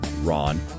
Ron